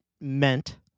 meant